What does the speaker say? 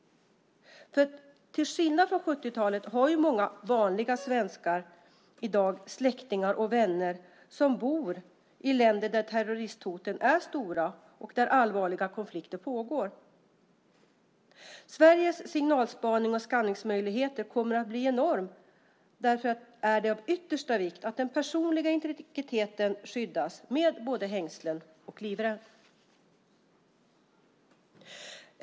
Till skillnad från på 70-talet har många "vanliga svenskar" i dag släktingar och vänner i länder där terroristhoten är stora och där allvarliga konflikter pågår. Sveriges möjligheter till signalspaning och skanning kommer att bli enorma. Därför är det av yttersta vikt att den personliga integriteten skyddas med både hängslen och livrem.